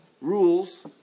rules